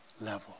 level